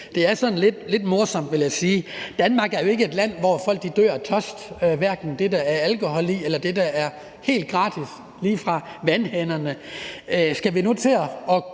Det er sådan lidt morsomt, vil jeg sige. Danmark er jo ikke et land, hvor folk dør af tørst, hverken når det drejer sig om det, der er alkohol i, eller det, der er helt gratis og lige fra vandhanerne. Skal vi nu til at